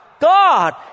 God